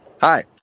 Hi